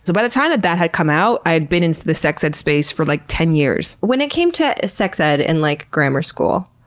so by the time that that had come out, i had been in the sex ed space for, like, ten years. when it came to sex ed in, like, grammar school,